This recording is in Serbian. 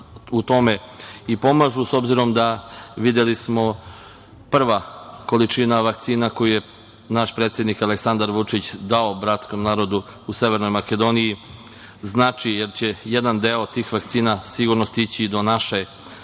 u tome i pomažu. Videli smo, prva količina vakcina koju je naš predsednik Aleksandar Vučić dao bratskom narodu u Severnoj Makedoniji znači jer će jedan deo tih vakcina sigurno stići do naših,